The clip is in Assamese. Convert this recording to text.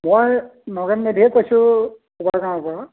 মই নগেন মেধিয়ে কৈছো কোবা গাঁৱৰ পৰা